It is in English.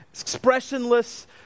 expressionless